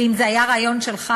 ואם זה היה רעיון שלך,